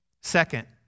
Second